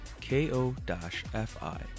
K-O-F-I